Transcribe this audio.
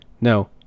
No